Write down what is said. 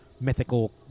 mythical